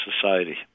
society